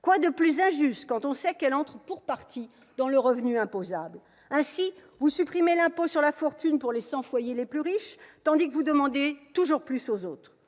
Quoi de plus injuste quand on sait que cette cotisation entre pour partie dans le revenu imposable ? Ainsi, vous supprimez l'impôt sur la fortune pour les cent foyers les plus riches tandis que vous demandez toujours plus aux autres.